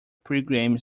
pregame